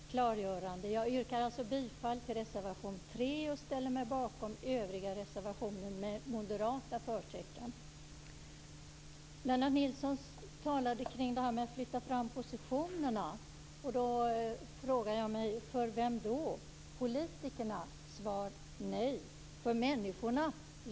Fru talman! Först ett klargörande: Jag yrkar alltså bifall till reservation nr 3 och ställer mig bakom övriga reservationer med moderata förtecken. Lennart Nilsson talade om att man skulle flytta fram positionerna. Då frågar jag mig: För vem då? För politikerna? Svar: Nej. För människorna?